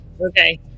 okay